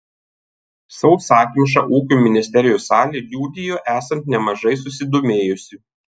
sausakimša ūkio ministerijos salė liudijo esant nemažai susidomėjusių